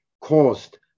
caused